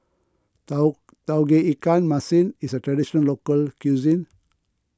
Tauge Ikan Masin is a Traditional Local Cuisine